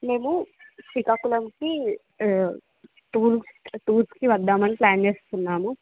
మేము శ్రీకాకుళంకి టూర్ టూర్కి వద్దామని ప్లాన్ చేసుకున్నాము